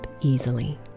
easily